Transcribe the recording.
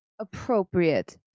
appropriate